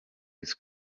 his